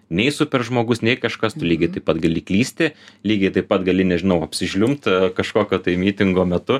nei super žmogus nei kažkas tu lygiai taip pat gali klysti lygiai taip pat gali nežinau apsižliumbti kažkokio tai mytingo metu